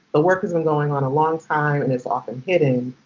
the work has been going on a long time, and is often hidden.